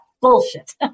bullshit